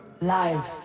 Live